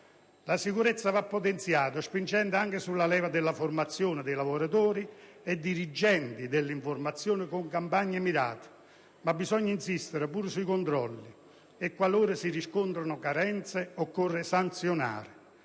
La sicurezza va potenziata spingendo anche sulla leva della formazione dei lavoratori e dirigenti, dell'informazione con campagne mirate, ma bisogna insistere pure sui controlli e, qualora si riscontrino carenze, occorre sanzionare.